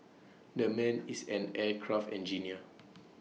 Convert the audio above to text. that man is an aircraft engineer